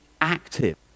active